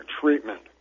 treatment